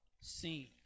seen